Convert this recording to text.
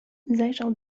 zajrzał